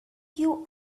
you